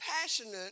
passionate